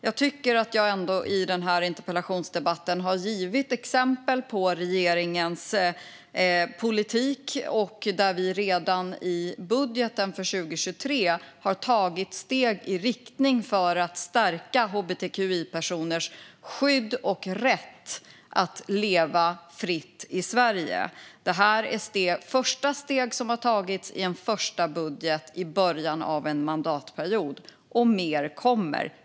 Jag tycker ändå att jag i den här interpellationsdebatten har givit exempel på regeringens politik och att vi redan i budgeten för 2023 har tagit steg i riktning mot att stärka hbtqi-personers skydd och deras rätt att leva fritt i Sverige. Det är första steg som har tagits i en första budget i början av en mandatperiod, och mer kommer.